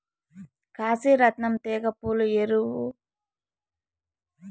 కాశీ రత్నం తీగ పూలు ఎరుపు, గులాబి లేక తెలుపు రంగులో ఉంటాయి